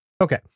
Okay